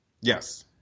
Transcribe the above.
Yes